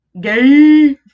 Gay